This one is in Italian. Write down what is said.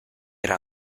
era